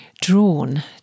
drawn